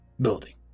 building